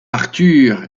arthur